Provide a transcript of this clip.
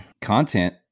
content